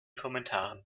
kommentaren